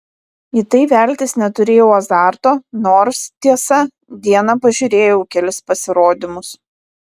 į tai veltis neturėjau azarto nors tiesa dieną pažiūrėjau kelis pasirodymus